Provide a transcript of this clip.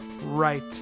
right